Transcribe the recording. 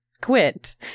quit